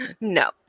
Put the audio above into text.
No